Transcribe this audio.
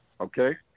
okay